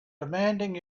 demanding